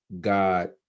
God